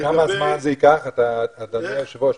אדוני היושב-ראש,